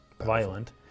violent